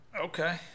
Okay